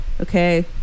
okay